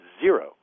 zero